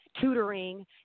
tutoring